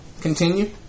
Continue